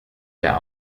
der